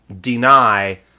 deny